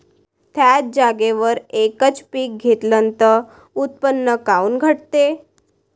थ्याच जागेवर यकच पीक घेतलं त उत्पन्न काऊन घटते?